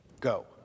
go